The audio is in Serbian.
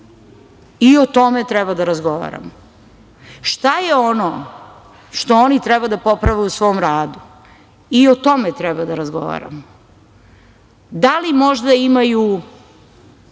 i o tome treba da razgovaramo. Šta je ono što oni treba da poprave u svom radu, i o tome treba da razgovaramo. Da li možda imaju